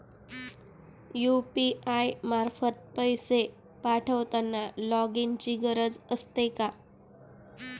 UPI मार्फत पैसे पाठवताना लॉगइनची गरज असते का?